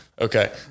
okay